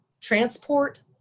transport